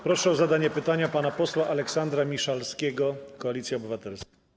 Proszę o zadanie pytania pana posła Aleksandra Miszalskiego, Koalicja Obywatelska.